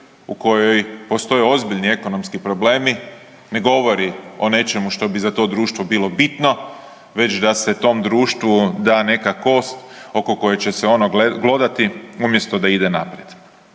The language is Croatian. u kojoj postoje ozbiljni ekonomski problemi ne govori o nečemu što bi za to društvo bilo bitno već da se tom društvu da neka kost oko koje će se ono glodati umjesto da ide naprijed.